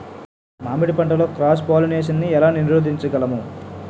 మామిడి పంటలో cross pollination నీ ఏల నీరోధించగలము?